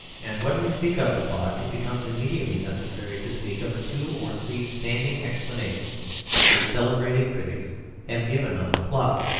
and when we speak of the plot it becomes immediately necessary to speak of the two or three standing explanations which celebrated critics have given of the plot.